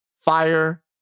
fire